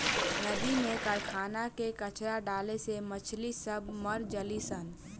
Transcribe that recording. नदी में कारखाना के कचड़ा डाले से मछली सब मर जली सन